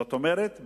זאת אומרת,